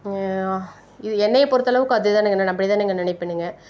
இது என்னைய பொறுத்தளவுக்கு அதுதானுங்க நானும் அப்படி தானுங்க நினைப்பேனுங்க